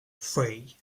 three